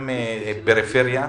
גם פריפריה,